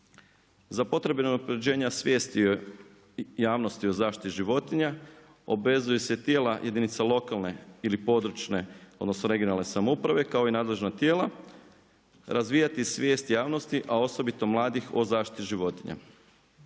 Za potrebe unapređenja svjesni javnosti o zaštitit životinja, obvezuju se tijela jedinica lokalne ili područne regionalne samouprave kao i nadležna tijela, razvijati svijest javnosti a osobito o zaštiti životinja.